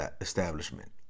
establishment